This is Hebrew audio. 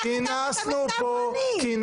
אתה כתבת את המכתב או אני?